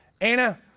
Anna